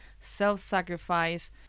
self-sacrifice